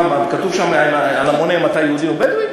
מה, כתוב שם על המונה אם אתה יהודי או בדואי?